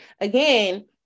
again